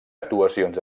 actuacions